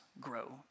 grow